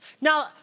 Now